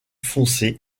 foncé